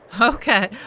Okay